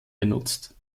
benutzt